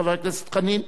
חבר הכנסת חנין,